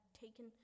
taken